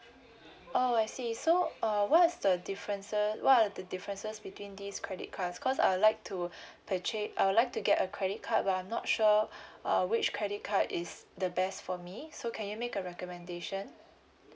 oh I see so uh what is the difference what are the differences between these credit cards cause I will like to purchase I will like to get a credit card but I'm not sure uh which credit card is the best for me so can you make a recommendation